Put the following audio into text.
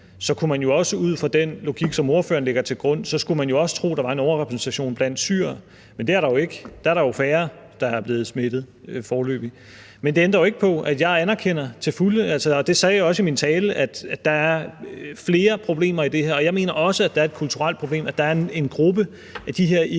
skulle man jo også ud fra den logik, som ordføreren lægger til grund, tro, at der var en overrepræsentation blandt syrere, men det er der jo ikke – der er foreløbig færre, der er blevet smittet. Men det ændrer jo ikke på, at jeg til fulde anerkender – og det sagde jeg også i min tale – at der er flere problemer i det her, og jeg mener også, at der er et kulturelt problem, at der er en gruppe af de her